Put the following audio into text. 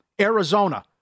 Arizona